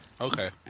Okay